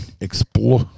explore